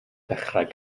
ddechrau